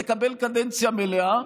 תקבל קדנציה מלאה.